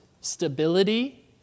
stability